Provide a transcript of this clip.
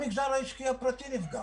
המגזר העסקי הפרטי.